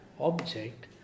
object